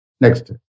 Next